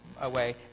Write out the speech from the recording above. away